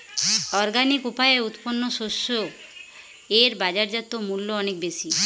organic উপায়ে উৎপন্ন শস্য এর বাজারজাত মূল্য অনেক বেশি